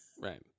Right